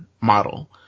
model